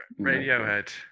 Radiohead